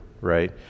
right